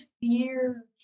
fear